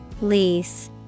Lease